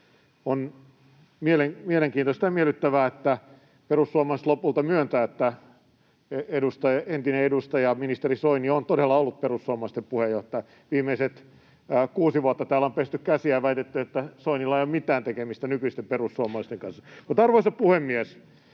On mielenkiintoista ja miellyttävää, että perussuomalaiset lopulta myöntävät, että entinen edustaja, ministeri Soini on todella ollut perussuomalaisten puheenjohtaja. Viimeiset kuusi vuotta täällä on pesty käsiä ja väitetty, että Soinilla ei ole mitään tekemistä nykyisten perussuomalaisten kanssa. Arvoisa puhemies!